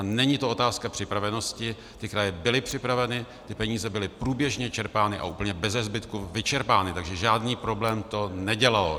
Není to otázka připravenosti, kraje byly připraveny, peníze byly průběžně čerpány a úplně bezezbytku vyčerpány, takže žádný problém to nedělalo.